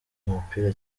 umupira